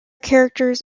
characters